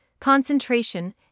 concentration